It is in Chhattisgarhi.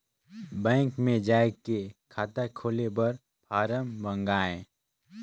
बैंक मे जाय के खाता खोले बर फारम मंगाय?